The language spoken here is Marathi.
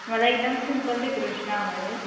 मला एकदम सिम्पल डेकोरेश्ना हवं आहे